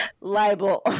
libel